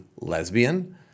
lesbian